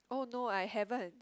oh no I haven't